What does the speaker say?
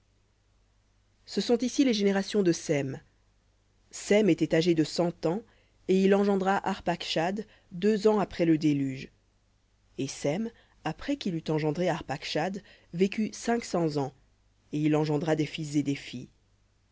ce sont ici les générations de sem sem était âgé de cent ans et il engendra arpacshad deux ans après le déluge et sem après qu'il eut engendré arpacshad vécut cinq cents ans et il engendra des fils et des filles